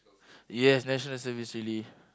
yes National-Service really